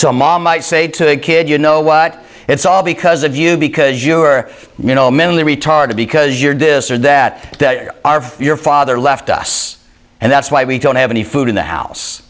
so mom might say to the kid you know what it's all because of you because you are you know mentally retarded because you're dis or that are your father left us and that's why we don't have any food in the house